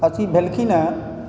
अथी भेलखिन हेँ